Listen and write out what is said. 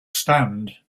stand